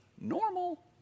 normal